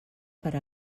per